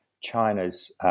China's